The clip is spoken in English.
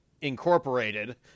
incorporated